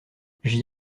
j’y